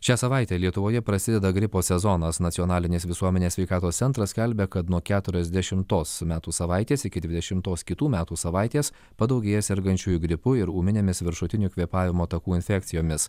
šią savaitę lietuvoje prasideda gripo sezonas nacionalinės visuomenės sveikatos centras skelbia kad nuo keturiasdešimtos metų savaites iki dvidešimtos kitų metų savaitės padaugėja sergančiųjų gripu ir ūminėmis viršutinių kvėpavimo takų infekcijomis